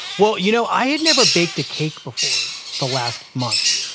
well you know i had never baked a cake before, the last month.